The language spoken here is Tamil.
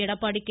எடப்பாடி கே